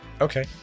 okay